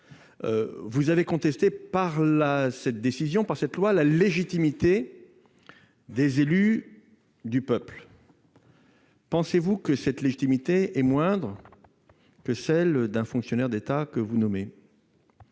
vous avez contesté par cette loi la légitimité des élus du peuple. Pensez-vous que cette légitimité soit moindre que celle d'un fonctionnaire de l'État que vous nommez ?